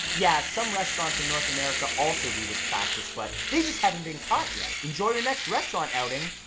yeah some restaurants in north america also do this practice but they just haven't been caught yet. enjoy your next restaurant outing.